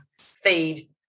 feed